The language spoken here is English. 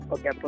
Okay